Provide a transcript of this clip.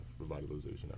revitalization